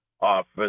office